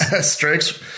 strikes